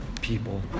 people